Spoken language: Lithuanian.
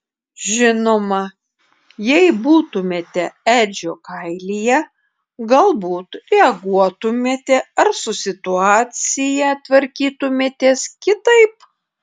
žinoma jei būtumėte edžio kailyje galbūt reaguotumėte ar su situacija tvarkytumėtės kitaip